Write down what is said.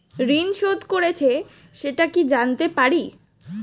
ঋণ শোধ করেছে সেটা কি জানতে পারি?